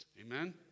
Amen